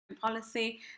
policy